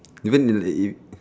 even if that you